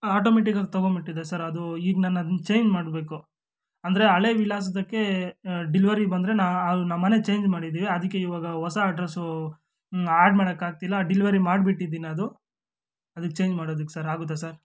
ಹಾಂ ಆಟೋಮ್ಯಾಟಿಕ್ಕಾಗಿ ತೊಗೊಂಡು ಬಿಟ್ಟಿದೆ ಸರ್ ಅದು ಈಗ ನಾನು ಅದನ್ನ ಚೇಂಜ್ ಮಾಡಬೇಕು ಅಂದರೆ ಹಳೆ ವಿಳಾಸದ್ದಕ್ಕೆ ಡಿಲಿವರಿ ಬಂದರೆ ನಾನು ಅದು ನಮ್ಮನೆ ಚೇಂಜ್ ಮಾಡಿದ್ದೀವಿ ಅದಕ್ಕೆ ಇವಾಗ ಹೊಸ ಅಡ್ರೆಸ್ಸು ಆ್ಯಡ್ ಮಾಡೋಕ್ಕಾಗ್ತಿಲ್ಲ ಡಿಲಿವರಿ ಮಾಡ್ಬಿಟ್ಟಿದ್ದೀನಿ ಅದು ಅದನ್ನ ಚೇಂಜ್ ಮಾಡೋದಕ್ಕೆ ಸರ್ ಆಗುತ್ತಾ ಸರ್